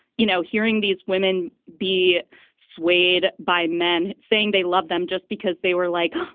you know, hearing these women be swayed by men saying they love them just because they were like,